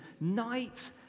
night